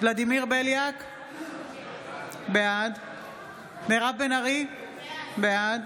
ולדימיר בליאק, בעד מירב בן ארי, בעד